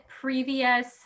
previous